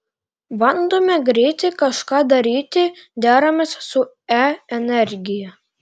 bandome greitai kažką daryti deramės su e energija